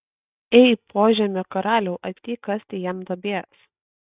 ei požemio karaliau ateik kasti jam duobės